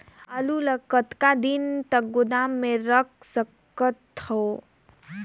आलू ल कतका दिन तक गोदाम मे रख सकथ हों?